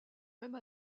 même